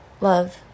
love